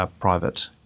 private